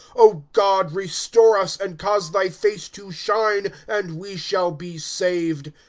o god, restore us and cause thy face to shine, and we shall be saved.